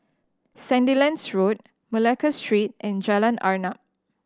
Sandilands Road Malacca Street and Jalan Arnap